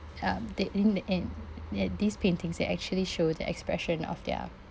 um that in the end these paintings they actually show the expression of their